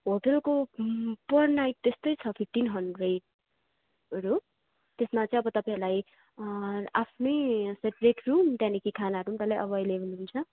होटेलको per night त्यस्तै छ फिफ्टिन हन्ड्रेडहरू त्यसमा चाहिँ अब तपाईँहरूलाई आफ्नै सेप्रेट रुम त्यहाँदेखि खानाहरू नि डल्लै एभाइलेभल हुन्छ